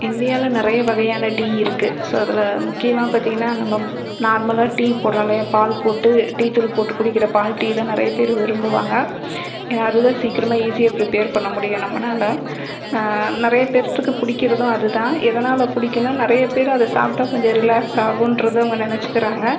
இந்தியாவில நிறைய வகையான டீ இருக்கு ஸோ அதில் முக்கியமாக பார்த்தீங்கன்னா நம்ப நார்மலாக டீ போடுறோம் இல்லையா பால் போட்டு டீத்தூள் போட்டு குடிக்கிற பால் டீ தான் நிறைய பேர் விரும்புவாங்க ஏன்னா அது தான் சீக்கிரமாக ஈசியாக பிரிப்பேர் பண்ண முடியும் நம்மனால நிறைய பேர்த்துக்கு பிடிக்கிறதும் அது தான் எதனால் பிடிக்குன்னா நிறைய பேர் அதை சாப்பிட்டா கொஞ்சம் ரிலாக்ஸ் ஆகுன்றது அவங்க நினச்சிக்கிறாங்க